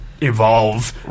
evolve